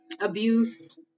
abuse